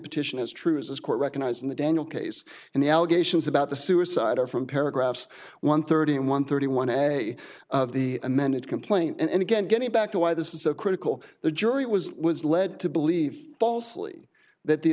petition is true as this court recognized in the daniel case and the allegations about the suicide are from paragraphs one thirty one thirty one a the amended complaint and again getting back to why this is so critical the jury was was led to believe falsely that the